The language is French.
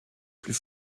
plus